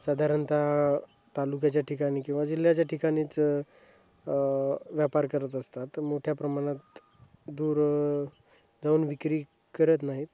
साधारणतः तालुक्याच्या ठिकाणी किंवा जिल्ह्याच्या ठिकाणीच व्यापार करत असतात मोठ्या प्रमाणात दूर जाऊन विक्री करत नाहीत